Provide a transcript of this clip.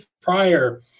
prior